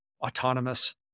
autonomous